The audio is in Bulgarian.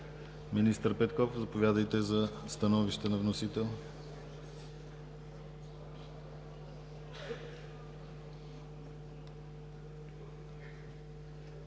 Министър Петков, заповядайте за становище на вносител.